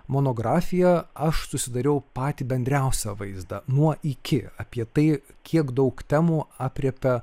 monografiją aš susidariau patį bendriausią vaizdą nuo iki apie tai kiek daug temų aprėpta